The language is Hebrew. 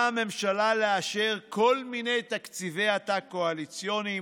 הממשלה לאשר כל מיני תקציבי עתק קואליציוניים.